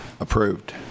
Approved